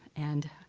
and